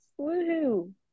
Woohoo